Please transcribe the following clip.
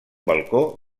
balcó